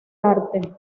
arte